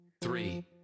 three